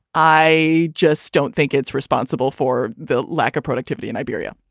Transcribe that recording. i just don't think it's responsible for the lack of productivity in iberia